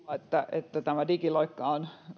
että tämä digiloikka on